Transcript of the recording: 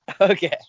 okay